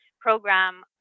program